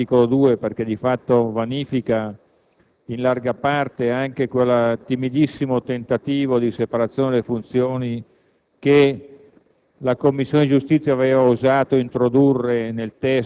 sostanzialmente un emendamento molto importante perché di fatto vanifica in larga parte anche quel timidissimo tentativo di separazione delle funzioni che